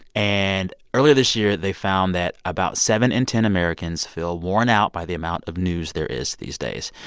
and earlier this year, they found that about seven in ten americans feel worn out by the amount of news there is these days.